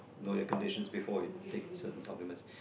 know your condition before you take certain supplements